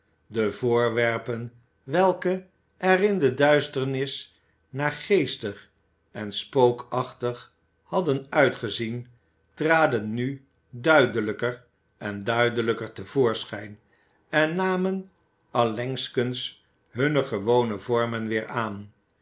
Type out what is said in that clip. de voorwerpen welke er in de duisternis naargeestig en spookachtig hadden uitgezien traden nu duidelijker en duidelijker te voorschijn en namen allengskens hunne gewone vormen weer aan